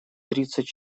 тридцать